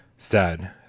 sad